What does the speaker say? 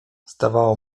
zdawało